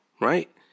right